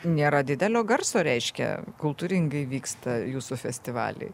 nėra didelio garso reiškia kultūringai vyksta jūsų festivaliai